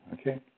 Okay